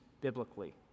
biblically